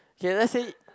k let's say